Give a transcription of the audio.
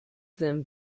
them